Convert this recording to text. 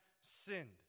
sinned